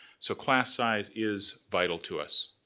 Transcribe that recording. so class size is vital to us.